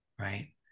right